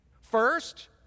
First